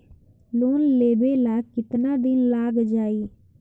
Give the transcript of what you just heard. Loan लेबे ला कितना दिन लाग जाई?